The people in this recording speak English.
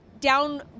down